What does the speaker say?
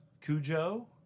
Cujo